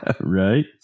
Right